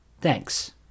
Thanks